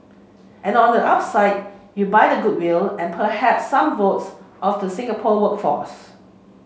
and on the upside you buy the goodwill and perhaps some votes of the Singapore workforce